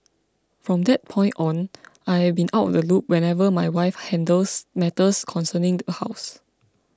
from that point on I have been out of the loop whenever my wife handles matters concerning the house